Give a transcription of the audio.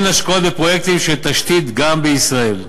השקעות בפרויקטים של תשתית גם בישראל.